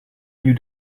you